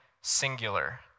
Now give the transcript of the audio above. singular